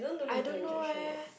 I don't know leh